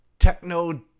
Techno